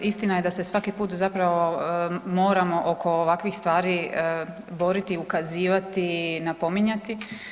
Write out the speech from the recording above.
Istina je da se svaki put zapravo moramo oko ovakvih stvari boriti, ukazivati i napominjati.